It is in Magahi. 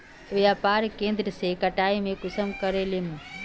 व्यापार केन्द्र के कटाई में कुंसम करे लेमु?